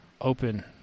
open